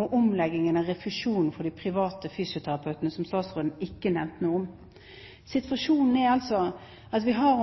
og omleggingen av refusjonen for de private fysioterapeutene, som statsråden ikke nevnte noe om. Situasjonen er altså at vi har